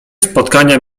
spotkania